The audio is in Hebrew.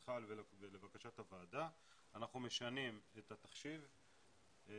לבקשתך ולבקשת הוועדה, אנחנו משנים את התחשיב לשש,